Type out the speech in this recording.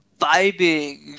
vibing